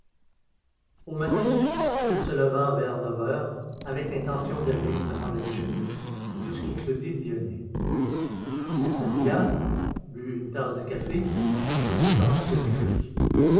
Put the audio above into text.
au matin il se leva vers neuf heures avec l'intention d'aller avant le déjeuner jusqu'au crédit lyonnais il s'habilla but une tasse de café et descendit aux écuries